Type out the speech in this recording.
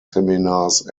seminars